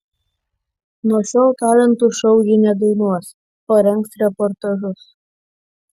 nuo šiol talentų šou ji nedainuos o rengs reportažus